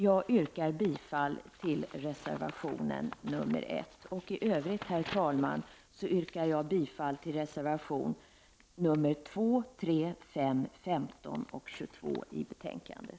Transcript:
Jag yrkar bifall till reservation nr 1. I övrigt, herr talman, yrkar jag bifall till reservationerna nr 2, 3, 5, 15 och 22 i betänkandet.